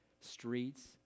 streets